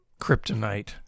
kryptonite